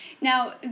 Now